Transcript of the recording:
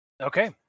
Okay